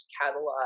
catalog